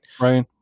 Right